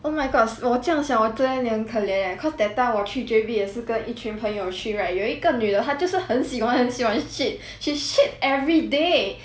oh my god 我这样小我真的很可怜 leh cause that time 我去 J_B 也是跟一群朋友去 right 有一个女的她就是很喜欢很喜欢 shit she shit everyday